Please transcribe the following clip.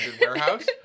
warehouse